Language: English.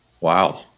Wow